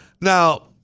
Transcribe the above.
now